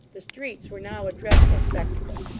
the streets were now a dreadful spectacle.